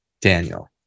Daniel